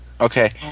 Okay